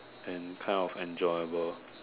and kind of enjoyable